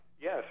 Yes